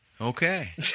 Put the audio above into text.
Okay